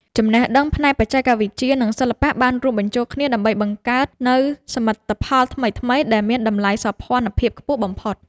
ចំណេះដឹងផ្នែកបច្ចេកវិទ្យា និង សិល្បៈបានរួមបញ្ចូលគ្នាដើម្បីបង្កើតនូវសមិទ្ធផលថ្មីៗដែលមានតម្លៃសោភ័ណភាពខ្ពស់បំផុត។